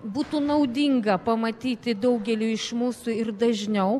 būtų naudinga pamatyti daugeliui iš mūsų ir dažniau